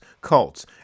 cults